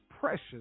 precious